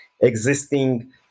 existing